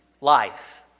life